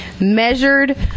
measured